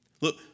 Look